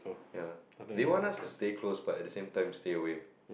ya they want us to stay close but at the same time stay away